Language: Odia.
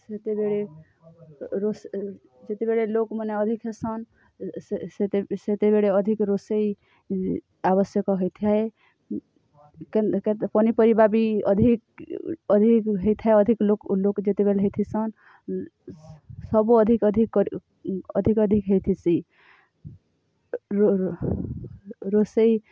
ସେତେବେଳେ ରୋଷ ଯେତେବେଳେ ଲୋକମାନ୍ ଅଧିକ ସନ୍ ସେତେବେଳେ ଅଧିକ ରୋଷେଇ ଆବଶ୍ୟକ ହୋଇଥାଏ ପନି ପନି ପନିପରିବା ବି ଅଧିକ୍ ଅଧିକ୍ ହୋଇଥାଏ ଅଧିକ୍ ଲୋକ୍ ଲୋକ୍ ଯେତେବେଳେ ହେଇ ଥିସନ୍ ସବୁ ଅଧିକ୍ ଅଧିକ୍ ଅଧିକ୍ ଅଧିକ୍ ହେଇ ଥିସି ରୋ ହ ରୋଷେଇ